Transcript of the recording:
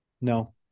No